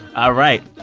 all right.